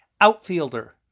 Outfielder